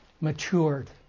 matured